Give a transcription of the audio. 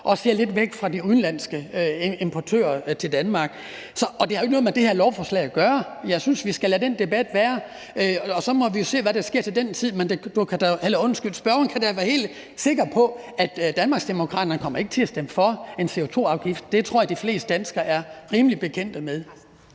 og ser lidt væk fra de udenlandske importører til Danmark. Og det har jo ikke noget med det her lovforslag at gøre – jeg synes, vi skal lade den debat være – og så må vi jo se, hvad der sker til den tid. Men spørgeren kan da være helt sikker på, at Danmarksdemokraterne ikke kommer til at stemme for en CO2-afgift. Det tror jeg de fleste danskere er rimelig bekendte med.